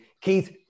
Keith